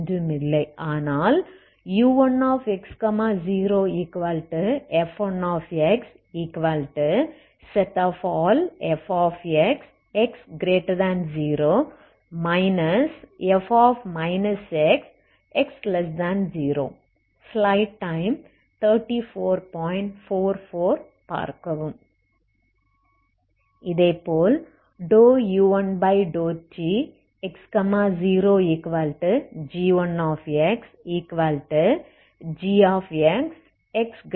அது ஒன்றுமில்லை ஆனால் u1x0f1xfx x0 f x x0 இதேபோல் u1∂tx0g1xgx x0 g x x0